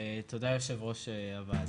תודה, יושב ראש הוועדה.